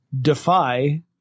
defy